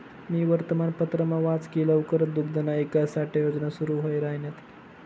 मी वर्तमानपत्रमा वाच की लवकरच दुग्धना ईकास साठे योजना सुरू व्हाई राहिन्यात